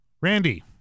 Randy